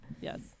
Yes